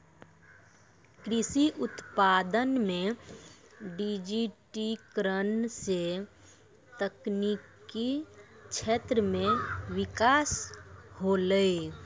कृषि उत्पादन मे डिजिटिकरण से तकनिकी क्षेत्र मे बिकास होलै